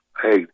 hey